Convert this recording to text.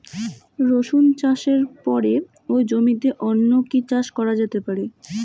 রসুন চাষের পরে ওই জমিতে অন্য কি চাষ করা যেতে পারে?